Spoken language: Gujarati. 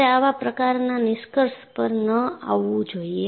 તમારે આવા પ્રકારના નિષ્કર્ષ પર ન આવવું જોઈએ